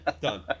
done